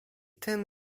tym